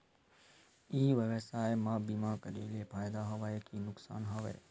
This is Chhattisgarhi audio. ई व्यवसाय म बीमा करे ले फ़ायदा हवय के नुकसान हवय?